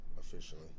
Officially